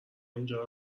اینجا